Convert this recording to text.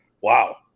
wow